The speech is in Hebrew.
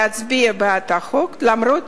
להצביע בעד הצעת החוק למרות